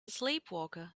sleepwalker